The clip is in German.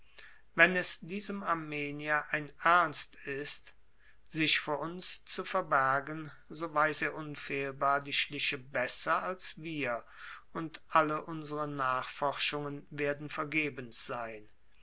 wenn es diesem armenier ein ernst ist sich vor uns zu verbergen so weiß er unfehlbar die schliche besser als wir und alle unsere nachforschungen werden vergebens sein